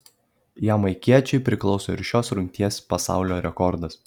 jamaikiečiui priklauso ir šios rungties pasaulio rekordas